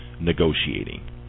negotiating